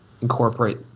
incorporate